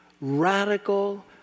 radical